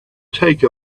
take